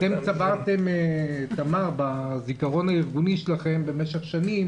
אתם צברתם בזיכרון הארגוני שלכם במשך שנים